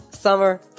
Summer